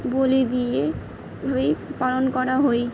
বলে দিয়ে ভাবেই পালন করা হই